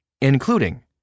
including